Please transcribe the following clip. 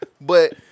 But-